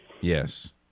Yes